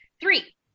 Three